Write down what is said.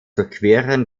durchqueren